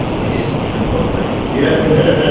that isn't inappropriate yeah